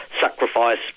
sacrifice